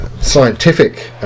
scientific